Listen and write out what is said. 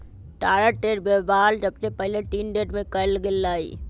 कागज के वेबहार सबसे पहिले चीन देश में कएल गेल रहइ